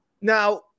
now